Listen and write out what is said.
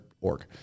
org